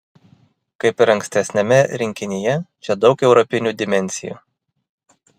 kaip ir ankstesniame rinkinyje čia daug europinių dimensijų